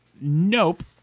Nope